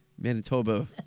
Manitoba